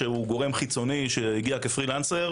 שהוא גורם חיצוני שהגיע כפרילנסר.